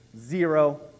zero